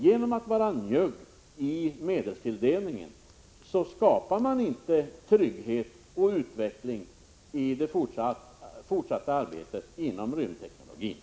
Genom att vara njugg i medelstilldelningen skapar man inte trygghet och utveckling i det fortsatta arbetet inom rymdteknologin.